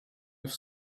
have